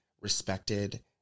respected